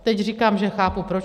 Teď říkám, že chápu proč.